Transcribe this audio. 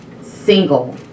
single